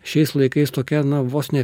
šiais laikais tokia na vos ne